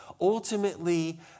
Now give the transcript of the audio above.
Ultimately